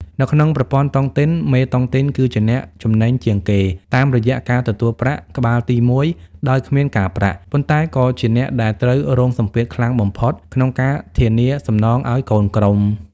នៅក្នុងប្រព័ន្ធតុងទីន មេតុងទីនគឺជាអ្នកចំណេញជាងគេតាមរយៈការទទួលបាន "ក្បាលទីមួយ" ដោយគ្មានការប្រាក់ ប៉ុន្តែក៏ជាអ្នកដែលត្រូវរងសម្ពាធខ្លាំងបំផុតក្នុងការធានាសំណងឱ្យកូនក្រុម។